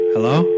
hello